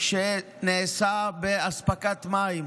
שנעשה באספקת מים.